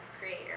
Creator